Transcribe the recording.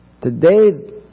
Today